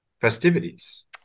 festivities